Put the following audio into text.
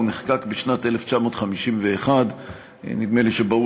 הוא נחקק בשנת 1951. נדמה לי שברור